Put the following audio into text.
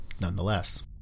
nonetheless